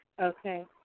Okay